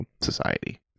society